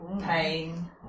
pain